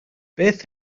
beth